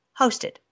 hosted